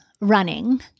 running